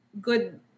good